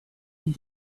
and